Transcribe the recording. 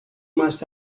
must